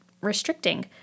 restricting